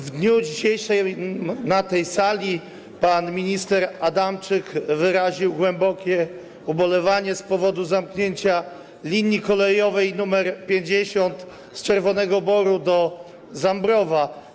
W dniu dzisiejszym na tej sali pan minister Adamczyk wyraził głębokie ubolewanie z powodu zamknięcia linii kolejowej nr 50 z Czerwonego Boru do Zambrowa.